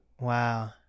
wow